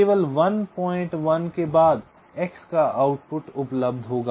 केवल 11 के बाद x का आउटपुट उपलब्ध होगा